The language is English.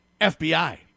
FBI